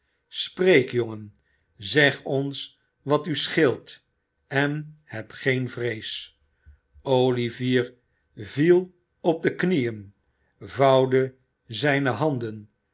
spreek jongen zeg ons wat u scheelt en heb geen vrees olivier viel op de knieën vouwde zijne handen